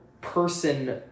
person